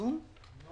תודה רבה שבאת.